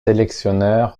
sélectionneur